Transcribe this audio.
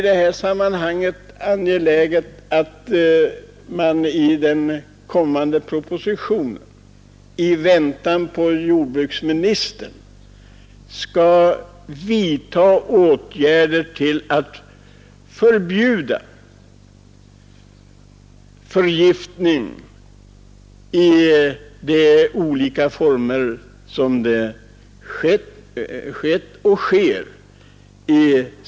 Det är angeläget att man i den kommande propositionen, i väntan på jordbruksministern, beslutar sig för att förbjuda förgiftning i de olika former som sådan skett och sker.